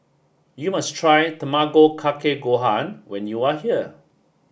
you must try Tamago Kake Gohan when you are here